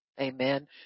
amen